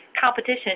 Competition